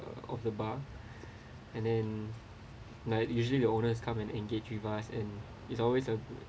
of the bar and then like usually the owners come and engage with us and it's always a